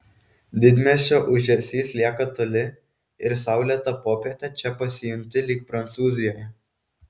didmiesčio ūžesys lieka toli ir saulėtą popietę čia pasijunti lyg prancūzijoje